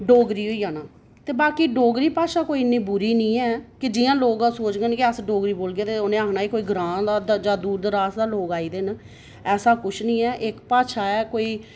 डोगरी होई जाना बाकी कोई डोगरी भाशा कोई इन्नी बुरी निं ऐ कि जि'यां अस लोग सोचङन कि डोगरी बोलगे ते उ'नें आआखना कि एह् कोई ग्रांऽ दा आई गेआ जां दूर दराज दा गै लोक आई गेदे न ऐसा कुछ निं ऐ एह् इक्क भाशा ऐ